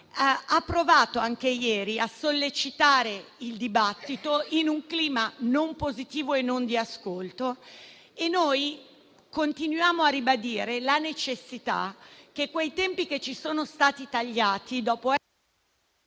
ha provato anche ieri a sollecitare il dibattito in un clima non positivo e non di ascolto. Noi continuiamo a ribadire la necessità che quei tempi che ci sono stati tagliati, dopo che